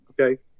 Okay